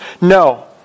No